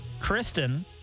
Kristen